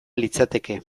litzateke